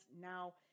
now